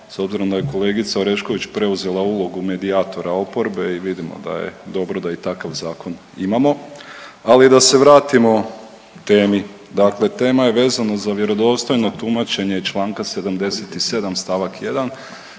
s obzirom da je kolegica Orešković preuzela ulogu medijatora oporbe i vidimo da je dobro da i takav zakon imamo, ali da se vratimo temi. Dakle tema je vezano za vjerodostojno tumačenje iz čl. 77 st. 1